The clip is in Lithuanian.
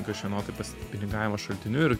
kažkieno tai pasipinigavimo šaltiniu ir